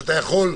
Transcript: שאתה יכול,